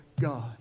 God